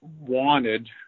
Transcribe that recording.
wanted